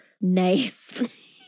Nice